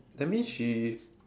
that means she